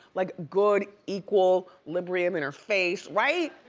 like good equilibrium in her face, right?